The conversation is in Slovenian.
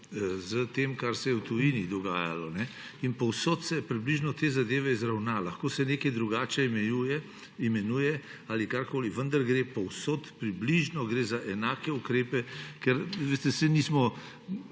s tem, kar se je v tujini dogajalo, in povsod se je približno te zadeve izravnalo. Lahko se nekaj drugače imenuje ali karkoli, vendar povsod približno gre za enake ukrepe, ker veste, saj nismo